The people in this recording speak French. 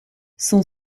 son